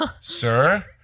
Sir